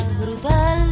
brutal